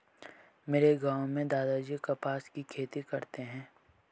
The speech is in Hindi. मेरे गांव में दादाजी कपास की खेती करते हैं